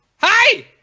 Hi